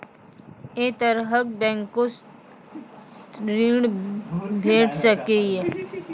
ऐ तरहक बैंकोसऽ ॠण भेट सकै ये?